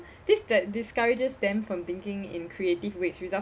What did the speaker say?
this that discourages them from thinking in creative ways resulting